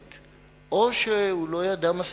או שהוא לא ידע עברית,